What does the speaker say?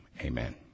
Amen